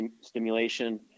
stimulation